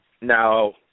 Now –